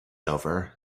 over